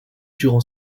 durant